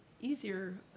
easier